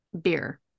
Beer